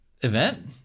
event